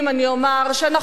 אני אומר שנכון,